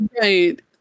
Right